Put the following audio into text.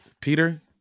Peter